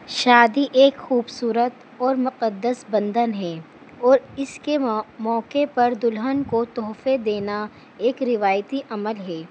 شادی ایک خوبصورت اور مقدس بندھن ہے اور اس کے موقعے پر دلہن کو تحفے دینا ایک روایتی عمل ہے